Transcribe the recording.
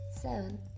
Seven